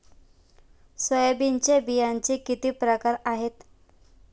सोयाबीनच्या बियांचे किती प्रकार आहेत?